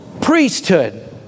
priesthood